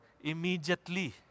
immediately